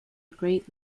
great